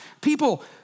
people